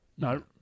No